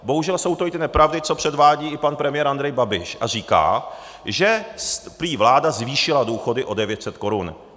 Bohužel jsou to i ty nepravdy, co předvádí i pan premiér Andrej Babiš, a říká, že prý vláda zvýšila důchody o 900 korun.